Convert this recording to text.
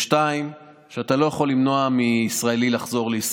2. אתה לא יכול למנוע מישראלי לחזור לישראל.